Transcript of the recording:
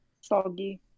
Soggy